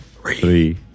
three